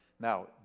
Now